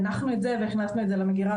הנחנו את זה והכנסנו את זה למגירה.